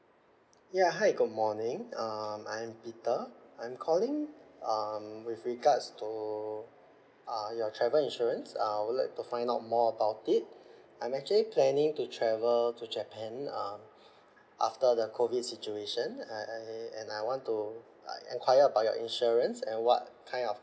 ya hi good morning um I'm peter I'm calling um with regards to uh your travel insurance uh I would like to find out more about it I'm actually planning to travel to japan um after the COVID situation I and I want to uh enquire about your insurance and what kind of